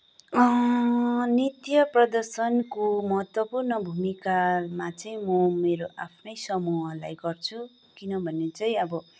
a नृत्य प्रदर्शनको महत्त्वपूर्ण भूमिकामा चाहिँ म मेरो आफ्नै समूहलाई गर्छु किनभने चाहिँ अब